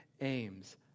aims